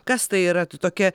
kas tai yra ta tokia